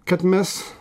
kad mes